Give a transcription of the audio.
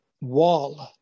wall